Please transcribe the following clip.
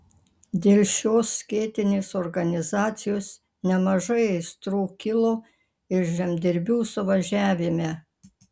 dėl šios skėtinės organizacijos nemažai aistrų kilo ir žemdirbių suvažiavime